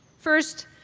first,